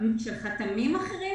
אתה מתכוון לחתמים אחרים?